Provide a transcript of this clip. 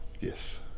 Yes